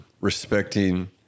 respecting